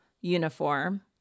uniform